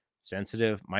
sensitive